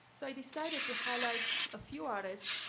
so i decided to highlight a few artists.